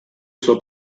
suo